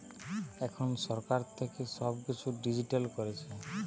এখন সরকার থেকে সব কিছু ডিজিটাল করছে